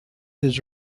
his